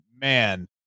man